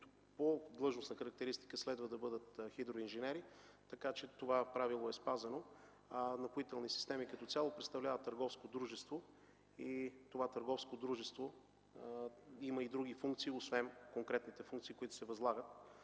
по длъжностна характеристика следва да бъдат хидроинженери, така че това правило е спазено. „Напоителни системи” като цяло представлява търговско дружество и то има и други функции освен конкретните функции, които се възлагат